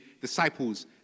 disciples